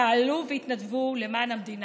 פעלו והתנדבו למען המדינה.